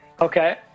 okay